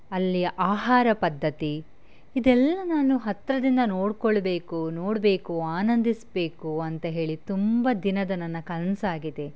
ಅಲ್ಲಿಯ ಆಹಾರ ಪದ್ಧತಿ ಇದೆಲ್ಲ ನಾನು ಹತ್ತಿರದಿಂದ ನೋಡಿಕೊಳ್ಬೇಕು ನೋಡಬೇಕು ಆನಂದಿಸಬೇಕು ಅಂತ ಹೇಳಿ ತುಂಬ ದಿನದ ನನ್ನ ಕನಸಾಗಿದೆ